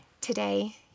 today